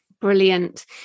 Brilliant